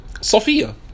Sophia